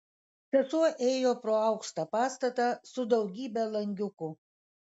sesuo ėjo pro aukštą pastatą su daugybe langiukų